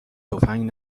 تفنگ